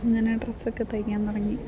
അങ്ങനെ ഡ്രസ്സ് ഒക്കെ തയ്ക്കാൻ തുടങ്ങി